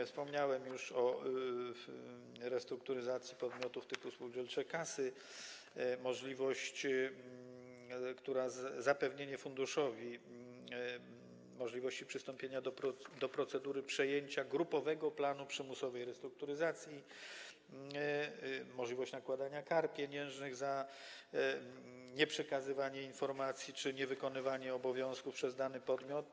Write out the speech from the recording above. Wspomniałem już o restrukturyzacji pomiotów typu spółdzielcze kasy, zapewnieniu funduszowi możliwości przystąpienia do procedury przyjęcia grupowego planu przymusowej restrukturyzacji, możliwości nakładania kar pieniężnych za nieprzekazywanie informacji czy niewykonywanie obowiązku przez dany podmiot.